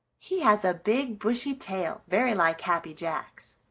he has a big, bushy tail, very like happy jack's.